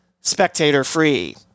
spectator-free